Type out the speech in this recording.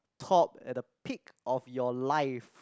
top at the peak of your life